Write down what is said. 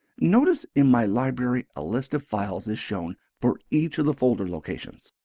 notice in my library a list of files is shown for each of the folder locations.